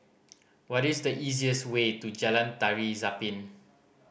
what is the easiest way to Jalan Tari Zapin